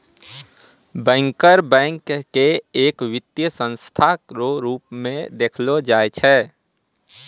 banker bank के एक वित्तीय संस्था रो रूप मे देखलो जाय छै